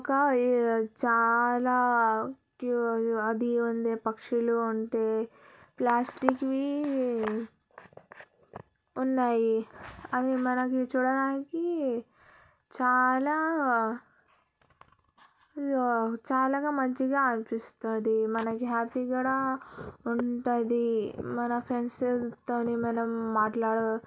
ఒక చాలా అది ఉంది పక్షులు ఉంటే ప్లాస్టిక్వి ఉన్నాయి అవి మనకి చూడడానికి చాలా చాలాగా మంచిగా అనిపిస్తుంది మనకి హ్యాపీ కూడా ఉంటుంది మన ఫ్రెండ్స్ వాళ్లతోని మనం మాట్లాడుతూ